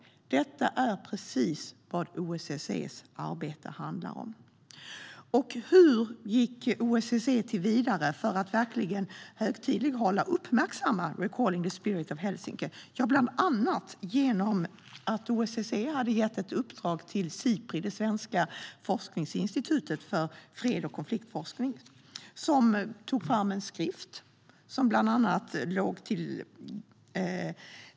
Detta är precis vad OSSE:s arbete handlar om. Hur gick då OSSE till väga för att verkligen högtidlighålla och uppmärksamma temat Recalling the Spirit of Helsinki? Ja, bland annat genom att ge ett uppdrag till Sipri, det svenska forskningsinstitutet för freds och konfliktforskning, som tog fram en skrift.